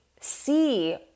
see